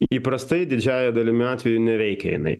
įprastai didžiąja dalimi atvejų neveikia jinai